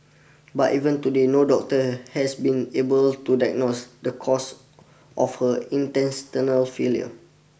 but even today no doctor has been able to diagnose the cause of her intestinal failure